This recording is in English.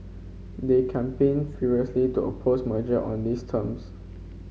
they campaigned furiously to oppose merger on these terms